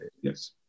Yes